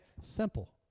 Simple